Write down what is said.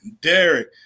Derek